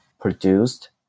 produced